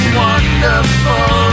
wonderful